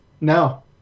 No